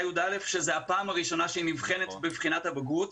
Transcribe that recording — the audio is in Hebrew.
י"א שזו הפעם הראשונה שהיא נבחנת בבחינת הבגרות.